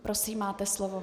Prosím, máte slovo.